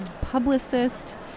publicist